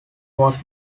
was